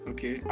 Okay